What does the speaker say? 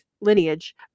lineage